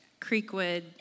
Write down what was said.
Creekwood